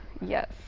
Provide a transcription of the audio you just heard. yes